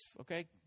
Okay